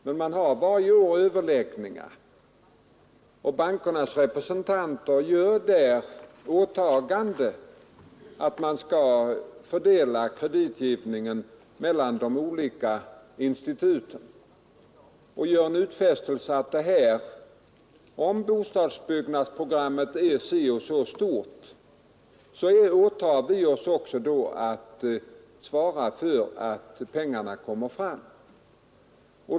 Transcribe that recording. Men man har varje år överläggningar, och bankernas representanter gör där en utfästelse att om bostadsbyggnadsprogrammet är si och så stort, så åtar man sig också att svara för att pengarna kommer fram.